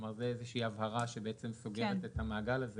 כלומר זו איזו שהיא הבהרה שבעצם סוגרת את המעגל הזה